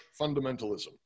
fundamentalism